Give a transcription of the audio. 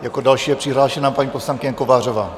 Jako další je přihlášena paní poslankyně Kovářová.